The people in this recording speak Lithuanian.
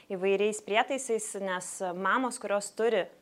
įvairiais prietaisais nes mamos kurios turi